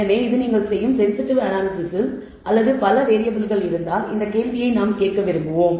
எனவே இது நீங்கள் செய்யும் சென்சிட்டிவிட்டி அனாலைஸிஸ் அல்லது பல வேரியபிள்கள் இருந்தால் இந்த கேள்வியை நாம் கேட்க விரும்புவோம்